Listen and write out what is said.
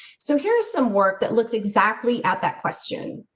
so, here's some work that looks exactly at that question.